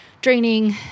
draining